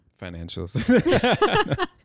Financials